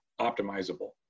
optimizable